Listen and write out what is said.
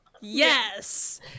Yes